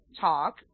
talk